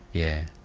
yeah.